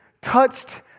touched